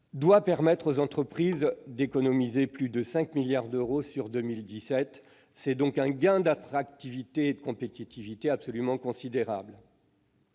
doit permettre aux entreprises d'économiser plus de 5 milliards d'euros en 2017. Ce sera donc un gain d'attractivité et de compétitivité considérable.